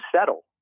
settle